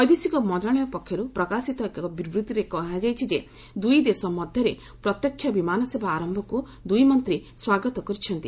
ବୈଦେଶିକ ମନ୍ତ୍ରଣାଳୟ ପକ୍ଷର୍ ପ୍ରକାଶିତ ଏକ ବିବୃତ୍ତିରେ କୁହାଯାଇଛି ଯେ ଦୁଇଦେଶ ମଧ୍ୟରେ ପ୍ରତ୍ୟକ୍ଷ ବିମାନସେବା ଆରମ୍ଭକୁ ଦୁଇମନ୍ତ୍ରୀ ସ୍ୱାଗତ କରିଛନ୍ତି